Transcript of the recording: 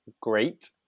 great